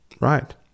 Right